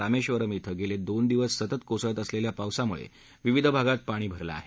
रामेश्वरम िंगेले दोन दिवस सतत कोसळत अशलेल्या पावसामुळे विविध भागात पाणी भरलं आहे